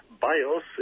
bios